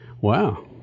Wow